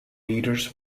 leaders